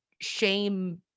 shame